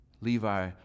Levi